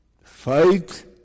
Fight